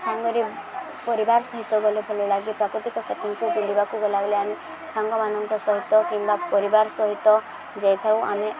ସାଙ୍ଗରେ ପରିବାର ସହିତ ଗଲେ ଭଲଲାଗେ ପ୍ରକୃତିକ ସେଟିଙ୍ଗକୁ ବୁଲିବାକୁ ଗଲା ବେଳେ ଆମେ ସାଙ୍ଗମାନଙ୍କ ସହିତ କିମ୍ବା ପରିବାର ସହିତ ଯାଇଥାଉ ଆମେ